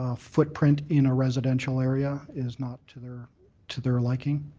um footprint in a residential area is not to their to their liking.